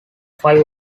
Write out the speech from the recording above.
five